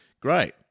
great